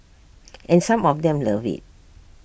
and some of them love IT